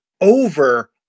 over